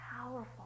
powerful